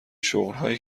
شغلهایی